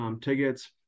tickets